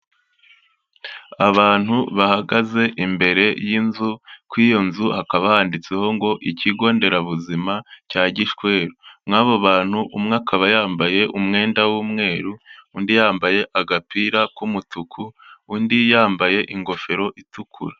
Abantu bahagaze imbere y'inzu, kuri iyo nzu akaba handitseho ngo ikigo nderabuzima cya Gishweru, muri abo bantu umwe yambaye umwenda w'umweru undi yambaye agapira k'umutuku undi yambaye ingofero itukura.